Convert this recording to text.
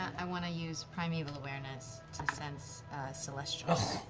i want to use primeval awareness to sense celestials.